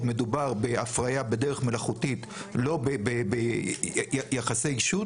מדובר בהפריה בדרך מלאכותית ולא ביחסי אישות.